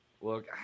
Look